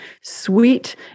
sweet